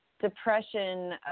depression